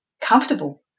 comfortable